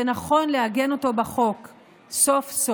ונכון לעגן אותו בחוק סוף-סוף.